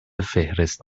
فهرست